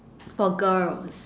for girls